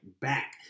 back